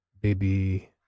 baby